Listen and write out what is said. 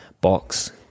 box